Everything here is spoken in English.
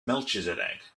melchizedek